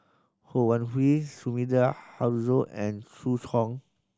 Ho Wan Hui Sumida Haruzo and Zhu Hong